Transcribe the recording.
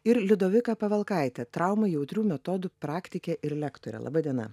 ir liudovika pavelkaite traumai jautrių metodų praktike ir lektore laba diena